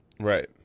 right